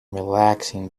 relaxing